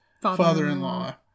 father-in-law